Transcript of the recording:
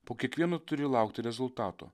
po kiekvieno turi laukti rezultatų